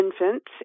infants